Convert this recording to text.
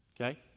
okay